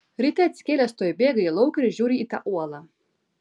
ryte atsikėlęs tuoj bėga į lauką ir žiūrį į tą uolą